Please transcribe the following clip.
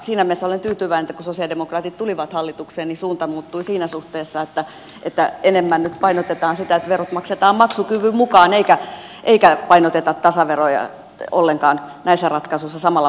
siinä mielessä olen tyytyväinen että kun sosialidemokraatit tulivat hallitukseen niin suunta muuttui siinä suhteessa että enemmän nyt painotetaan sitä että verot maksetaan maksukyvyn mukaan eikä painoteta tasaveroja ollenkaan näissä ratkaisuissa samalla painoarvolla